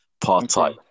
part-time